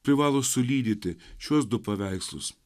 privalo sulydyti šiuos du paveikslus